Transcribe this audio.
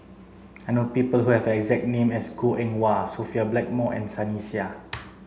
I know people who have the exact name as Goh Eng Wah Sophia Blackmore and Sunny Sia